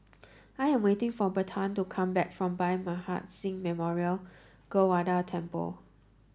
I am waiting for Bertrand to come back from Bhai Maharaj Singh Memorial Gurdwara Temple